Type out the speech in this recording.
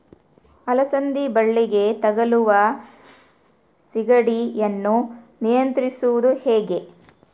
ಅಲಸಂದಿ ಬಳ್ಳಿಗೆ ತಗುಲುವ ಸೇಗಡಿ ಯನ್ನು ನಿಯಂತ್ರಿಸುವುದು ಹೇಗೆ?